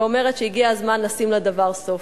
ואומרת שהגיע הזמן לשים לדבר סוף.